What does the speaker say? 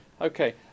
okay